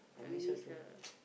I miss her